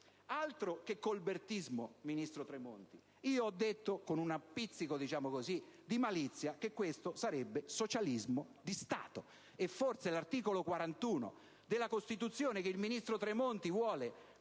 Altro che colbertismo, ministro Tremonti; ho detto, con un pizzico di malizia, che questo sarebbe socialismo di Stato, e forse l'articolo 41 della Costituzione, che il Ministro vuole con tanta